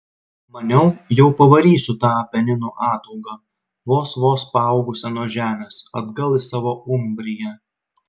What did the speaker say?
maniau jau pavarysiu tą apeninų ataugą vos vos paaugusią nuo žemės atgal į savo umbriją